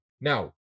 Now